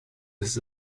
his